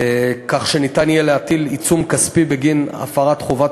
כך שניתן יהיה להטיל עיצום כספי בגין הפרת חובת